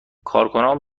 کارکنان